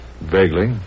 Vaguely